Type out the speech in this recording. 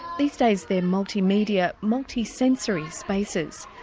these days they're multi-media, multi-sensory spaces.